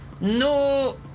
No